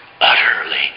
utterly